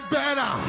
better